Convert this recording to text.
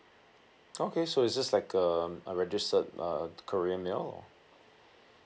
okay so is just like um a registered uh courier mail